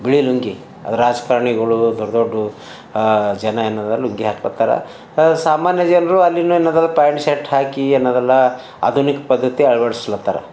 ಬಿಳಿ ಲುಂಗಿ ರಾಜಕಾರ್ಣಿಗಳು ದೊಡ್ಡ ದೊಡ್ಡ ಜನ ಎನಾದರ ಲುಂಗಿ ಹಾಕ್ಕೊತ್ತಾರ ಸಾಮಾನ್ಯ ಜನರು ಅಲ್ಲಿನೂ ಏನದರ ಪ್ಯಾಂಟ್ ಶರ್ಟ್ ಹಾಕಿ ಏನದಲ್ಲ ಆಧುನಿಕ ಪದ್ಧತಿ ಅಳವಡಿಸ್ಲತರ